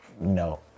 No